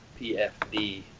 PFD